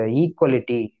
equality